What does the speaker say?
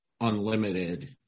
unlimited